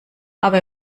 aber